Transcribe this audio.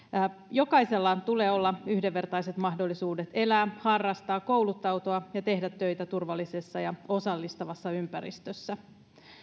jokaisella tulee olla yhdenvertaiset mahdollisuudet elää harrastaa kouluttautua ja tehdä töitä turvallisessa ja osallistavassa ympäristössä